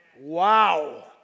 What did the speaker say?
Wow